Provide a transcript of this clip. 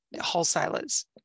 wholesalers